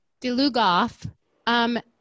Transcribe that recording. DeLugoff